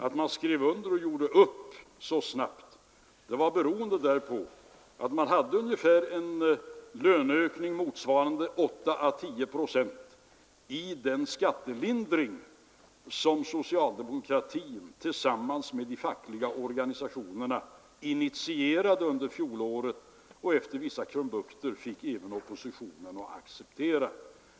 Att man skrev under och gjorde upp så snabbt berodde på att man hade motsvarigheten till en löneökning på §8-10 procent i den skattelindring som socialdemokratin tillsammans med de fackliga organisationerna initierade under fjolåret och fick även oppositionen att acceptera efter vissa krumbukter.